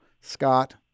Scott